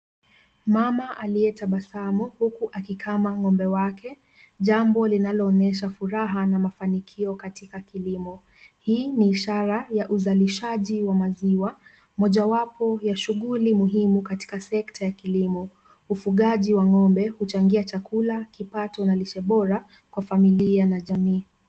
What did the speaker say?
Mama aliyetabasamu huku akikamua ng'ombe wake, jambo linaloonyesha furaha na mafanikio katika kilimo, hii ni ishara ya uzalishaji wa maziwa, mojawapo ya shughuli muhimu katika sekta ya kilimo, ufugaji wa ng'ombe huchangia chakula, kipato na lishe bora kwa familia na jamii.